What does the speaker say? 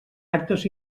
actes